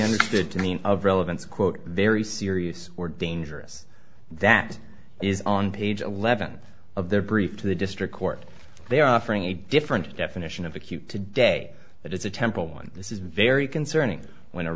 understood to mean of relevance quote very serious or dangerous that is on page eleven of their brief to the district court they are offering a different definition of acute today that is a temple one this is very concerning when